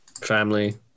family